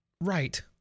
right